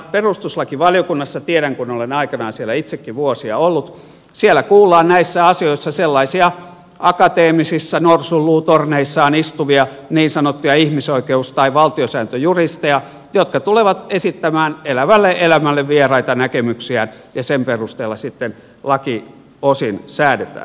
perustuslakivaliokunnassa tiedän kun olen aikanaan siellä itsekin vuosia ollut kuullaan näissä asioissa sellaisia akateemisissa norsunluutorneissaan istuvia niin sanottuja ihmisoikeus tai valtiosääntöjuristeja jotka tulevat esittämään elävälle elämälle vieraita näkemyksiään ja sen perusteella sitten laki osin säädetään